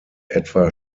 etwa